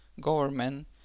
government